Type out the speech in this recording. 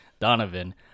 Donovan